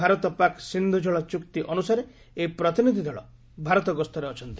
ଭାରତ ପାକ୍ ସିନ୍ଧୁ ଜଳ ଚୁକ୍ତି ଅନୁସାରେ ଏହି ପ୍ରତିନିଧି ଦଳ ଭାରତ ଗସ୍ତରେ ଅଛନ୍ତି